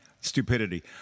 stupidity